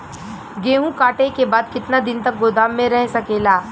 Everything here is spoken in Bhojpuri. गेहूँ कांटे के बाद कितना दिन तक गोदाम में रह सकेला?